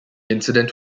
incident